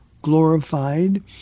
glorified